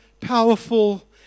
powerful